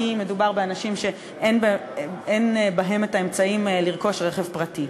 כי מדובר באנשים שאין להם האמצעים לרכוש רכב פרטי.